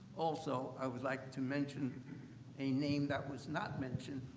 also, i would like to mention a name that was not mentioned,